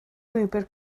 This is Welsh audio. lwybr